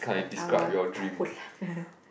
i will